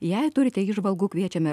jei turite įžvalgų kviečiame